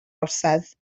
orsedd